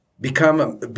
become